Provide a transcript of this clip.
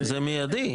זה מידי.